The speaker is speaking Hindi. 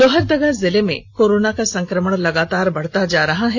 लोहरदगा जिले में कोरोना का संक्रमण लगातार बढता जा रहा है